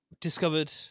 discovered